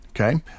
Okay